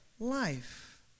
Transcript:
Life